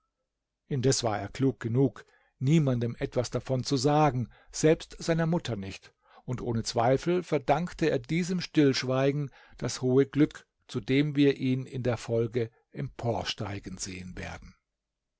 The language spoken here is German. indes war er klug genug niemanden etwas davon zu sagen selbst seiner mutter nicht und ohne zweifel verdankte er diesem stillschweigen das hohe glück zu dem wir ihn in der folge emporsteigen sehen werden